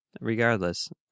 Regardless